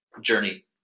journey